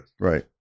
Right